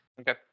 Okay